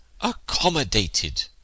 accommodated